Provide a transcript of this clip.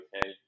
okay